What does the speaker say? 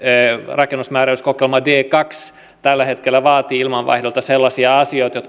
rakennusmääräyskokoelma d kahdella tällä hetkellä vaatii ilmanvaihdolta sellaisia asioita